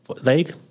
leg